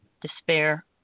despair